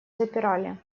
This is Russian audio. запирали